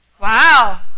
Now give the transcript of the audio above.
wow